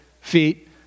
feet